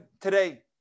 today